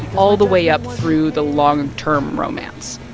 all the way up through the long-term romance.